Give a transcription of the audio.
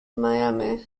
miami